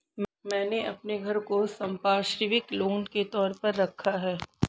मैंने अपने घर को संपार्श्विक लोन के तौर पर रखा है